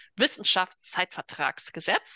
Wissenschaftszeitvertragsgesetz